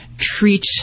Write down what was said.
treat